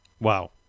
Wow